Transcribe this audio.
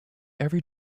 every